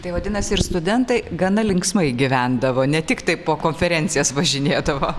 tai vadinasi ir studentai gana linksmai gyvendavo ne tiktai po konferencijas važinėdavo